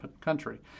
country